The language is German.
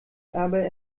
aber